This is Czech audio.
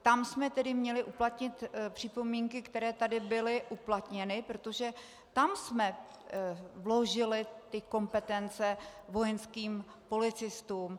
Tam jsme tedy měli uplatnit připomínky, které tady byly uplatněny, protože tam jsme vložili ty kompetence vojenským policistům.